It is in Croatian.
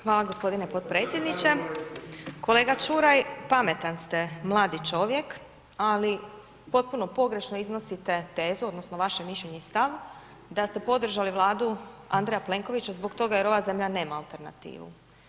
Hvala gospodine podpredsjedniče, kolega Ćuraj pametan ste mladi čovjek, ali potpuno pogrešno iznosite tezu odnosno vaše mišljenje i stav da ste podržali Vladu Andreja Plenkovića zbog toga jer ova zemlja nema alternativu.